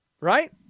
Right